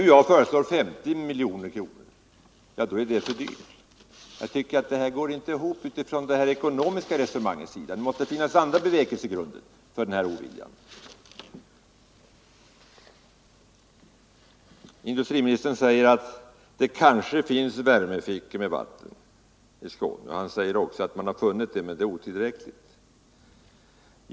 När jag nu föreslår 50 miljoner kronor är det för dyrt. Jag tycker att detta ekonomiska resonemang inte går ihop. Det måste som sagt finnas andra bevekelsegrunder för den visade oviljan. Industriministern säger vidare att det i Skåne kanske finns värmefickor med vatten som kan utnyttjas. Han säger också att man har funnit lämpliga sprickor men att vattenförekomsten är otillräcklig.